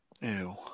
ew